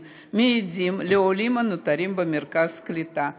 מיידיים לעולים הנותרים במרכז קליטה.